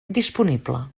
disponible